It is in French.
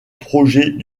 projet